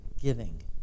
giving